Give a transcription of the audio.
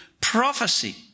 prophecy